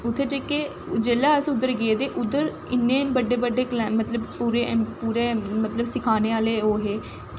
जिसलै अस उद्धर गे ते उद्धर इन्ने बच्चे बच्चे मतलब पूरे मतलब सिखाने आह्ले ओह् हे